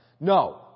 No